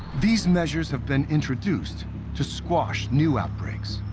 these measures have been introduced to squash new outbreaks.